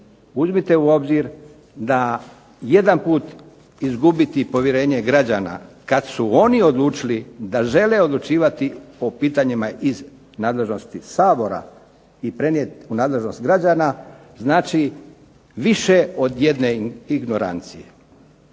Uzmite u obzir da jedanput izgubiti povjerenje građana kad su oni odlučili da žele odlučivati o pitanjima iz nadležnosti Sabora i prenijeti u nadležnost građana, znači više od jedne ignorancije,